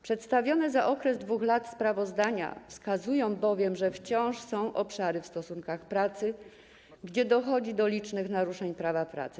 Przedstawione za okres 2 lat sprawozdania wskazują bowiem, że wciąż są obszary w stosunkach pracy, gdzie dochodzi do licznych naruszeń prawa pracy.